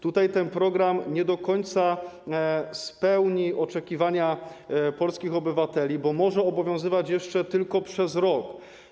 Tutaj ten program nie do końca spełni oczekiwania polskich obywateli, bo może obowiązywać jeszcze tylko przez rok.